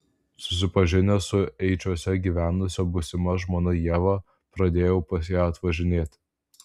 susipažinęs su eičiuose gyvenusia būsima žmona ieva pradėjau pas ją atvažinėti